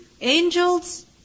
angels